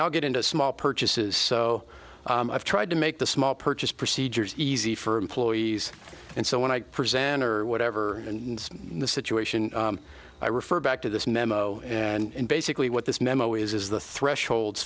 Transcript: cannot get into small purchases so i've tried to make the small purchase procedures easy for employees and so when i present or whatever and the situation i refer back to this memo and basically what this memo is is the threshold